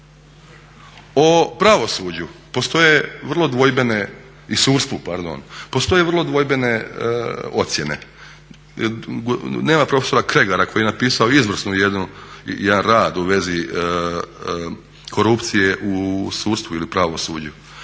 pardon, postoje vrlo dvojbene ocjene. Nema profesora Kregara koji je napisao izvrstan jedan rad u vezi korupcije u sudstvu ili pravosuđu